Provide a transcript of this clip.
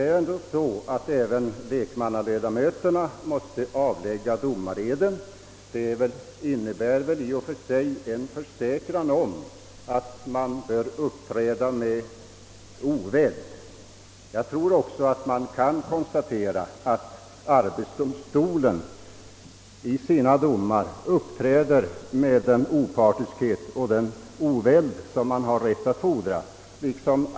Även lekmannaledamöterna måste avlägga domareden, vilken i och för sig innebär en försäkran om att de skall uppträda med oväld. Jag tror också att man kan konstatera att arbetsdomstolen i sina domar uppträder med den opartiskhet och den oväld som man har rätt att fordra.